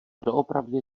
doopravdy